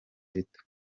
bito